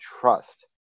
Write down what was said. trust